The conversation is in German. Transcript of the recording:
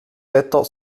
wetter